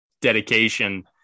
dedication